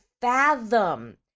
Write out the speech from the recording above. fathom